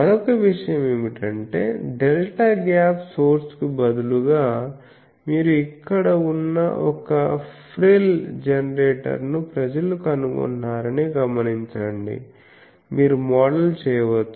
మరొక విషయం ఏమిటంటే డెల్టా గ్యాప్ సోర్స్కు బదులుగా మీరు ఇక్కడ ఉన్న ఒక ఫ్రిల్ జెనరేటర్ను ప్రజలు కనుగొన్నారని గమనించండి మీరు మోడల్ చేయవచ్చు